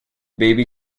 baby